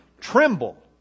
Tremble